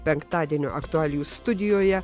penktadienio aktualijų studijoje